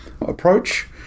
approach